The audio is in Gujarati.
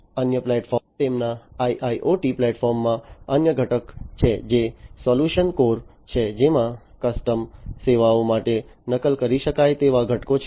અન્ય પ્લેટફોર્મ તેમના IIoT પ્લેટફોર્મ માં અન્ય ઘટક છે જે સોલ્યુશન કોર છે જેમાં કસ્ટમ સેવાઓ માટે નકલ કરી શકાય તેવા ઘટકો છે